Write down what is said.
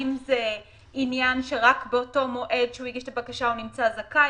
האם זה עניין שרק באותו מועד שהוא הגיש את הבקשה הוא נמצא זכאי,